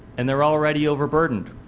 and they are already overburdened.